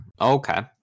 Okay